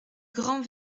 grand